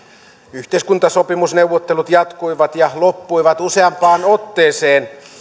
yhteiskuntasopimusneuvottelut jatkuivat ja loppuivat useampaan otteeseen